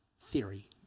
theory